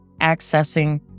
accessing